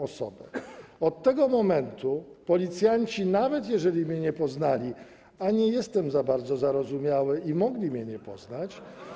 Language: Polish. Od tego momentu policjanci, nawet jeżeli mnie nie poznali, a nie jestem za bardzo zarozumiały - mogli mnie nie poznać.